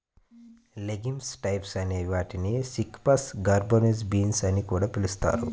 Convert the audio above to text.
legumes types అనే వాటిని chickpeas, garbanzo beans అని కూడా పిలుస్తారు